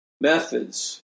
methods